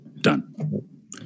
Done